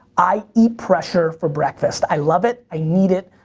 i eat pressure for breakfast. i love it, i need it,